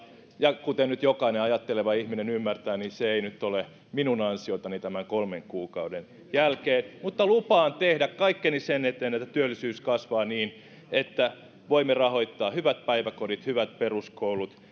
ja kuten nyt jokainen ajatteleva ihminen ymmärtää niin se ei nyt ole minun ansiotani tämän kolmen kuukauden jälkeen mutta lupaan tehdä kaikkeni sen eteen että työllisyys kasvaa niin että voimme rahoittaa hyvät päiväkodit hyvät peruskoulut